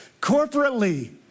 corporately